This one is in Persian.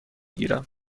گیرم